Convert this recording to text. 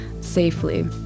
safely